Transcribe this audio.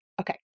Okay